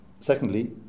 Secondly